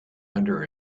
under